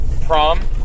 prom